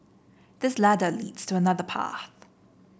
this ladder leads to another path